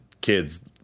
kids